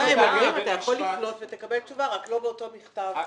הם אומרים שאתה יכול לפנות ותקבל תשובה רק לא באותו מכתב...